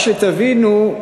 רק שתבינו,